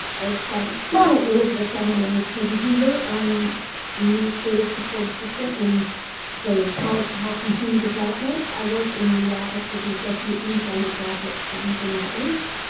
as so yeah elizabeth said, my name is peggy hoover. i'm an administrative support assistant in the college of health and human development. i work in the office of the associate dean for undergraduate studies and outreach.